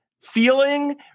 feeling